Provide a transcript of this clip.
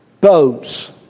boats